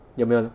有没有